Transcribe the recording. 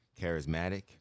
charismatic